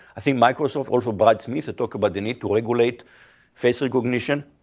i think microsoft, also brad smith, he talked about the need to regulate face recognition.